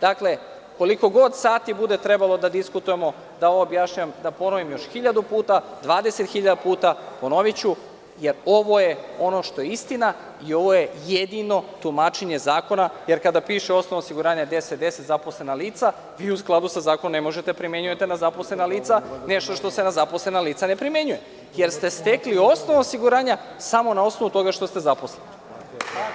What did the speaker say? Dakle, koliko god sati trebalo da diskutujemo da ovo objašnjavam, da ponovim još 1.000 puta, 20.000 puta ponoviću, jer ovo je ono što je istina i ovo je jedino tumačenje zakona, jer kada piše osnov osiguranja 1010 - zaposlena lica, vi u skladu sa zakonom ne možete da primenjujete na zaposlena lica nešto što se na zaposlena lica ne primenjuje, jer ste stekli osnov osiguranja samo na ovnovu toga što ste zaposleni. (Snežana